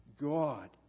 God